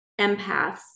empaths